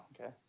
okay